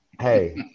Hey